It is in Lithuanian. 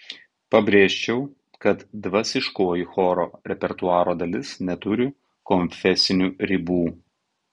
pabrėžčiau kad dvasiškoji choro repertuaro dalis neturi konfesinių ribų